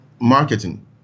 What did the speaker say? marketing